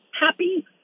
happy